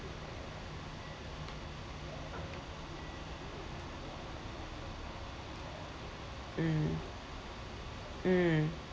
mm mm